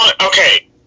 Okay